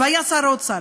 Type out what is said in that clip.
והיה שר האוצר.